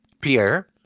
Pierre